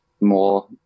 more